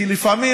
כי לפעמים,